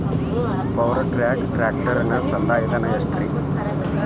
Power track ಟ್ರ್ಯಾಕ್ಟರನ ಸಂದಾಯ ಧನ ಎಷ್ಟ್ ರಿ?